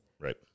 Right